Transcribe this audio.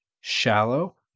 shallow